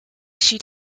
schied